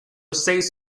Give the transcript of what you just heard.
seis